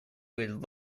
would